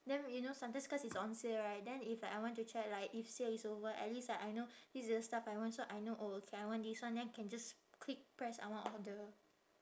then you know sometimes cause it's on sale right then if like I want to check like if sale is over at least like I know this is the stuff I want so I know oh okay I want this one then can just click press I want order